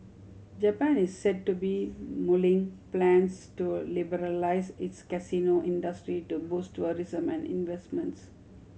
Japan is said to be mulling plans to liberalise its casino industry to boost tourism and investments